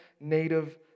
native